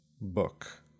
book